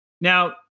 Now